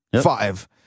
five